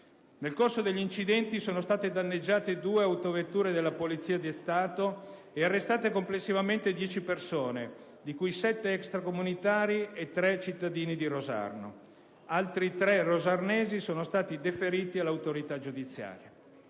Nel corso degli incidenti sono state danneggiate due autovetture della Polizia di Stato e arrestate complessivamente 10 persone, di cui 7 extracomunitari e 3 cittadini di Rosarno. Altri 3 rosarnesi sono stati deferiti all'autorità giudiziaria.